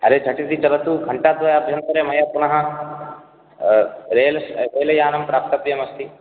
अरे झटिति चलतु घण्टाद्वयाभ्यन्तरे मया पुनः रेल्यानं प्राप्तव्यमस्ति